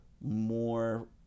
more